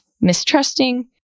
mistrusting